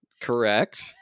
Correct